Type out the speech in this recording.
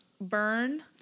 burn